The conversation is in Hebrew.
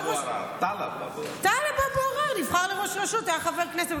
טלב אבו עראר נבחר לראש רשות, הוא היה חבר כנסת.